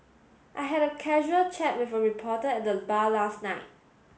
I had a casual chat with a reporter at the bar last night